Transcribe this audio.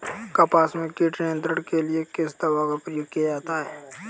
कपास में कीट नियंत्रण के लिए किस दवा का प्रयोग किया जाता है?